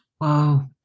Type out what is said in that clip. Wow